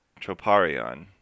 Troparion